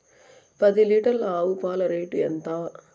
పది లీటర్ల ఆవు పాల రేటు ఎంత?